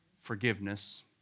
forgiveness